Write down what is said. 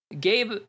Gabe